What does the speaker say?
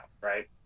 right